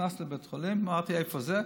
נכנסתי לבית חולים ואמרתי: איפה זה?